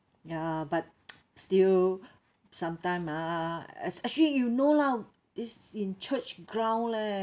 ya but still sometimes ah especially you know lah is in church ground leh